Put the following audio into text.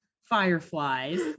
fireflies